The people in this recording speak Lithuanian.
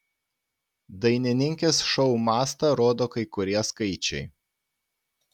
dainininkės šou mastą rodo kai kurie skaičiai